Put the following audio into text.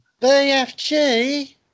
BFG